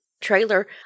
trailer